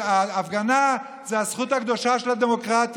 לא, אני לא נותן לו.